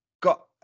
got